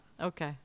Okay